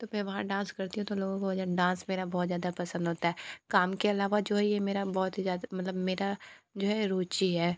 तो मैं वहाँ डांस करती हूँ तो लोगों को वजह डांस मेरा बहुत ज़्यादा पसंद होता है काम के अलावा जो ये मेरा बहुत ही ज़्यादा मतलब मेरा जो है रुची है